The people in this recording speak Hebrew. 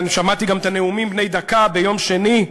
אני שמעתי גם את הנאומים בני הדקה ביום שני,